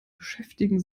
beschäftigen